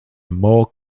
more